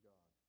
God